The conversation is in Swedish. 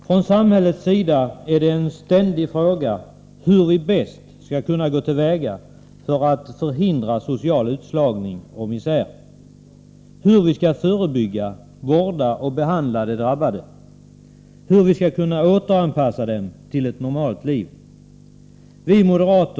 Ur samhällets synvinkel är det ständigt fråga om hur man bäst skall gå till väga för att förhindra social utslagning och misär, hur missbruk skall förebyggas, hur de drabbade skall vårdas och behandlas samt hur de skall kunna återanpassas till ett normalt liv. Herr talman!